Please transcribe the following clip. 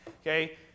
okay